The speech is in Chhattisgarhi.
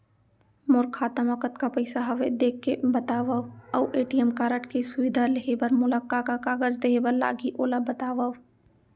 मोर खाता मा कतका पइसा हवये देख के बतावव अऊ ए.टी.एम कारड के सुविधा लेहे बर मोला का का कागज देहे बर लागही ओला बतावव?